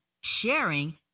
sharing